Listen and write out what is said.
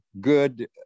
good